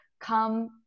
come